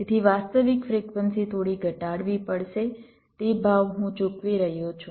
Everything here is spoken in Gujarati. તેથી વાસ્તવિક ફ્રિક્વન્સી થોડી ઘટાડવી પડશે તે ભાવ હું ચૂકવી રહ્યો છું